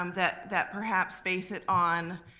um that that perhaps base it on